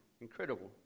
Incredible